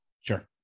Sure